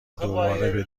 دوباره